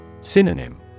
Synonym